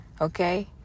okay